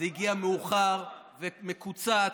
זה הגיע מאוחר ומקוצץ,